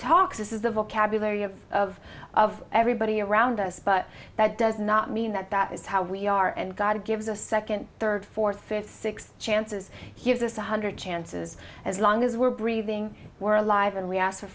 talks is the vocabulary of of of everybody around us but that does not mean that that is how we are and god gives a second third fourth fifth sixth chances he gives us one hundred chances as long as we're breathing we're alive and we ask for